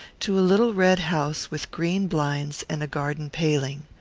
to a little red house with green blinds and a garden paling.